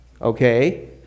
okay